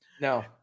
no